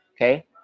Okay